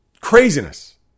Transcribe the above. Craziness